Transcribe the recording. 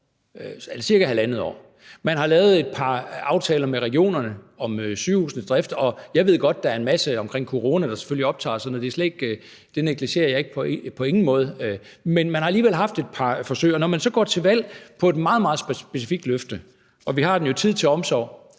cirka halvandet år, og man har lavet et par aftaler med regionerne om sygehusenes drift, og jeg ved godt, at der er en masse omkring corona, der selvfølgelig optager og sådan noget; det negligerer jeg på ingen måde. Men man har alligevel haft et par forsøg. Man går til valg på et meget, meget specifikt løfte, og vi har det jo i »Tid til omsorg«.